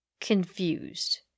confused